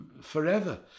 forever